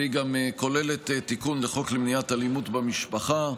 והיא גם כוללת תיקון לחוק למניעת אלימות במשפחה,